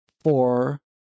four